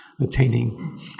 attaining